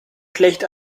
schlecht